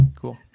Cool